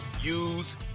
use